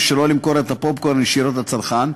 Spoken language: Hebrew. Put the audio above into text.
שלא למכור את הפופקורן ישירות לצרכן,